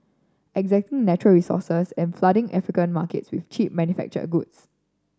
exacting natural resources and flooding African markets with cheap manufactured goods